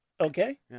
Okay